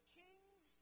kings